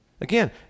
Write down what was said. Again